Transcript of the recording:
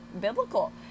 biblical